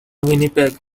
winnipeg